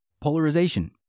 Polarization